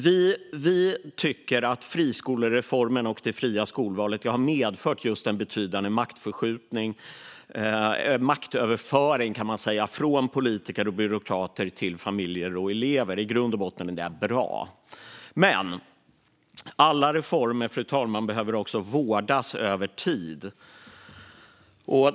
Vi menar att friskolereformen och det fria skolvalet har medfört en maktöverföring från politiker och byråkrater till familjer och elever, vilket i grund och botten är bra. Men alla reformer behöver vårdas över tid.